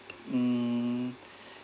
mm